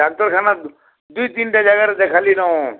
ଡ଼ାକ୍ତରଖାନା ଦୁଇ ତିନ୍ଟା ଜାଗାନେ ଦେଖାଲିନ